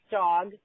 dog